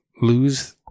lose